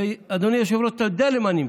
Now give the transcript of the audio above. ואדוני היושב-ראש, אתה יודע למה אני מתכוון,